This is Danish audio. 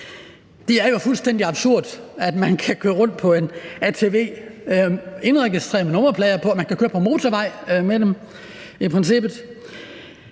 Det er jo fuldstændig absurd, at man kan køre rundt på en ATV, indregistreret med nummerplader på – man kan køre på motorvejen med den i princippet